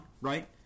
right